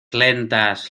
lentas